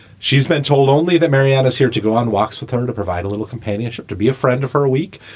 she's been told only that mariana's here to go on walks with her to provide a little companionship, to be a friend of her week.